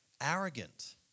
arrogant